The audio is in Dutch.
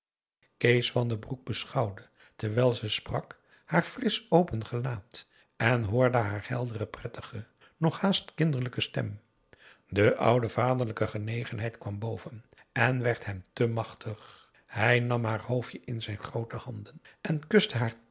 kees van den broek beschouwde terwijl ze sprak haar frisch open gelaat en hoorde haar heldere prettige nog haast kinderlijke stem de oude vaderlijke genegenheid kwam boven en werd hem te machtig hij nam haar hoofdje in zijn groote handen en kuste haar